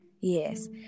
Yes